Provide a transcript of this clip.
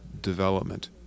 development